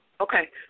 okay